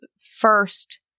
first –